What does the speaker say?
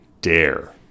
dare